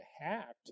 hacked